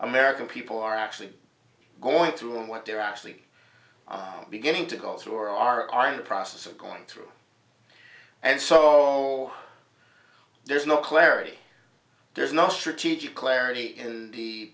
american people are actually going through and what they're actually beginning to go through or are are in the process of going through and so there's no clarity there's no strategic clarity in the